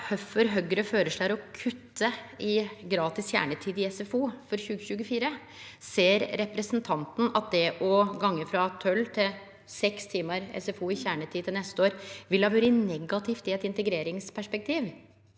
kvifor Høgre føreslår å kutte i gratis kjernetid i SFO for 2024. Ser representanten at det å gå frå 12 til 6 timar gratis kjernetid i SFO til neste år ville vere negativt i eit integreringsperspektiv?